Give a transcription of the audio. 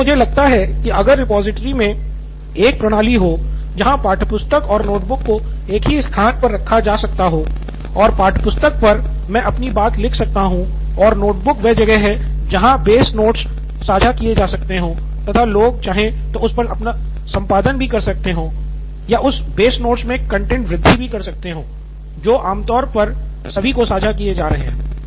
तो इसलिए मुझे लगता है कि अगर रिपॉजिटरी में एक प्रणाली हो जहां पाठ्यपुस्तक और नोटबुक को एक ही स्थान पर रखा जा सकता हो और पाठ्यपुस्तक पर मैं अपनी बात लिख सकता हूं और नोटबुक वह जगह है जहां बेस नोट्स साझा किया जा सकते हो तथा लोग चाहे तो उस पर संपादन कर सकते हैं या उस बेस नोट्स मे कंटैंट वृद्धि भी कर सकते हैं जो आमतौर पर सभी को साझा किया जा रहे हैं